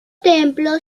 templo